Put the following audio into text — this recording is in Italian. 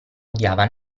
odiava